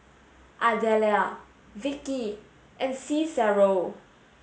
Ardelia Vicky and Cicero